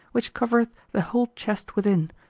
which covereth the whole chest within,